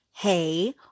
Hey